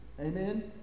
Amen